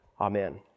Amen